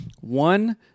one